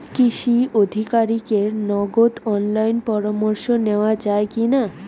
কৃষি আধিকারিকের নগদ অনলাইন পরামর্শ নেওয়া যায় কি না?